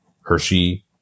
Hershey